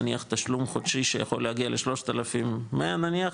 נניח תשלום חודשי שיכול להגיע ל-3,100 נניח,